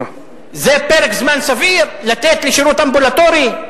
זה פרק זמן סביר לתת לשירות אמבולטורי?